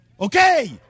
Okay